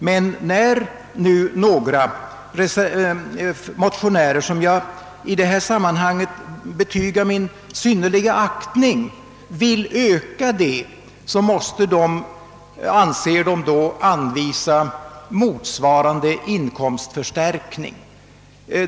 Men när nu några motionärer, som jag i fråga om motionens syftning betygar min aktning, vill öka anslaget ytterligare, har de ansett sig böra anvisa motsvarande inkomstförstärkning.